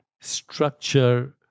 structure